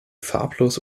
farblos